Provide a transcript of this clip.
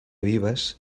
vives